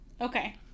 Okay